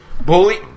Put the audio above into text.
Bully